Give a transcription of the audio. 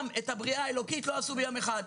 גם את הבריאה האלוקית לא עשו ביום אחד.